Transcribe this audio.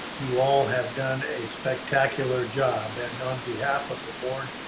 you all have done a spectacular job. and on behalf of the board,